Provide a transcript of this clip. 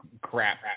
crap